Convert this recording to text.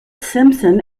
simpson